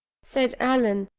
said allan,